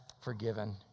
forgiven